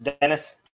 Dennis